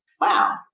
Wow